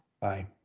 Bye